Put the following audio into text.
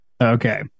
Okay